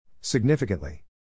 Significantly